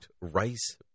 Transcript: rice